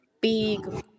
Big